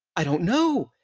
i don't know.